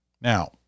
Now